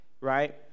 Right